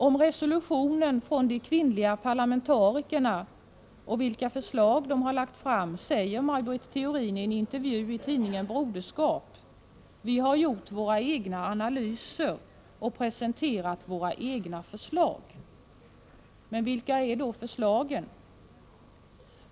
Maj Britt Theorin säger följande i en intervju i tidningen Broderskap om resolutionen från de kvinnliga parlamentarikerna och om de förslag som dessa har lagt fram: ”Vi har gjort våra egna analyser och presenterat våra egna förslag.” Vilka är då förslagen?